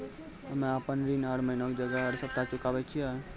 हम्मे आपन ऋण हर महीना के जगह हर सप्ताह चुकाबै छिये